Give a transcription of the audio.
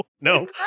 no